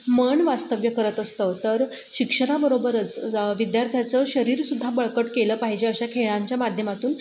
मन वास्तव्य करत असतं तर शिक्षणाबरोबरच विद्यार्थ्याचं शरीरसुद्धा बळकट केलं पाहिजे अशा खेळांच्या माध्यमातून